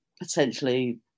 potentially